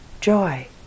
Joy